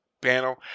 panel